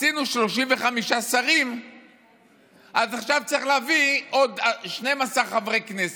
עשינו 35 שרים אז עכשיו צריך להביא עוד 12 חברי כנסת,